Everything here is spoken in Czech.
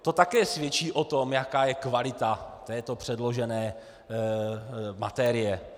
To také svědčí o tom, jaká je kvalita této předložené materie.